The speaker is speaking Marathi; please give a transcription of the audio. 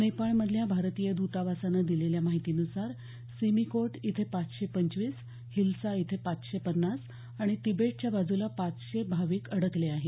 नेपाळमधल्या भारतीय द्तावासानं दिलेल्या माहितीनुसार सिमिकोट इथे पाचशे पंचवीस हिल्सा इथे पाचशे पन्नास आणि तिबेटच्या बाजूला पाचशे भाविक अडकले आहेत